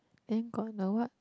then got the what